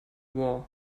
war